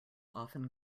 often